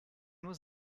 nur